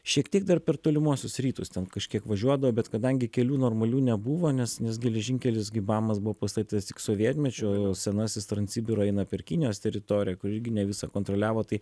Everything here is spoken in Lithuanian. šiek tiek dar per tolimuosius rytus ten kažkiek važiuodavo bet kadangi kelių normalių nebuvo nes nes geležinkelis gi bamas buvo pastatytas tik sovietmečiu senasis transibiro eina per kinijos teritoriją kur irgi ne visą kontroliavo tai